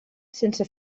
sense